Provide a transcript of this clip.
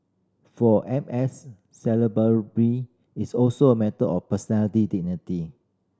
for M S Salisbury be it's also a matter of personality dignity